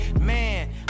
Man